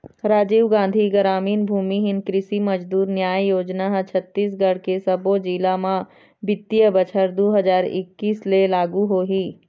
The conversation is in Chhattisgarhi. राजीव गांधी गरामीन भूमिहीन कृषि मजदूर न्याय योजना ह छत्तीसगढ़ के सब्बो जिला म बित्तीय बछर दू हजार एक्कीस ले लागू होही